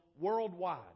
worldwide